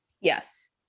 Yes